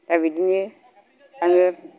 दा बिदिनो आङो